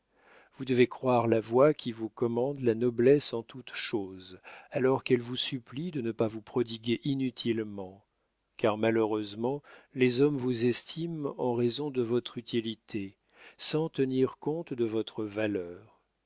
vous devez croire la voix qui vous commande la noblesse en toute chose alors qu'elle vous supplie de ne pas vous prodiguer inutilement car malheureusement les hommes vous estiment en raison de votre utilité sans tenir compte de votre valeur